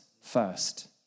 first